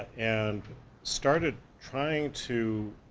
and started trying to.